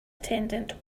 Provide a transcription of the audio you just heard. attendant